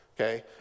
Okay